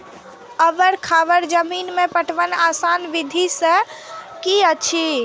ऊवर खावर जमीन में पटवनक आसान विधि की अछि?